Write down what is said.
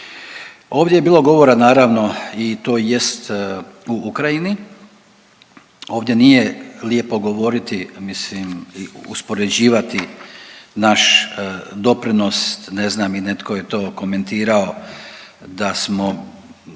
Ovdje je bilo govora, naravno, i to jest o Ukrajini. Ovdje nije lijepo govoriti, mislim, uspoređivati naš doprinos, ne znam i netko je to komentirao da smo